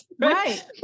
Right